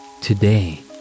Today